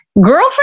Girlfriend